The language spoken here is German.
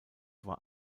war